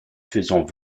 faisant